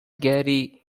gary